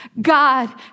God